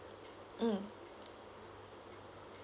mm